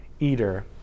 eater